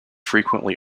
frequently